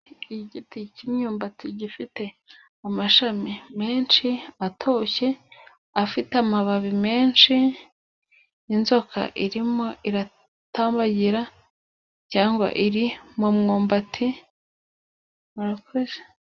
Igiti k'imyumbati gifite amashami menshi, atoshye, afite amababi menshi, inzoka irimo iratambagira, cyangwa iri mu mwumbati, murakoze.